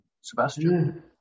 Sebastian